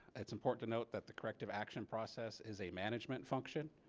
it's important to note that the corrective action process is a management function